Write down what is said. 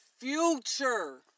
future